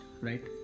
right